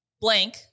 blank